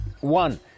One